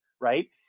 right